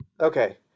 okay